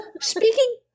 Speaking